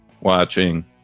watching